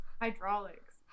hydraulics